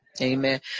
Amen